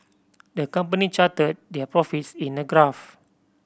the company charted their profits in a graph